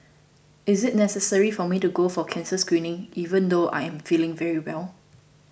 is it necessary for me to go for cancer screening even though I am feeling very well